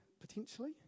potentially